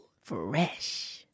Fresh